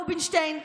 רובינשטיין,